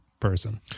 person